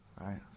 Right